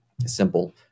simple